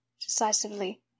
decisively